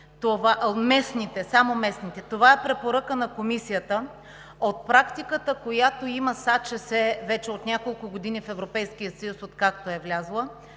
Това е препоръка на Комисията. От практиката, която има с АЧС – вече няколко години откакто е влязла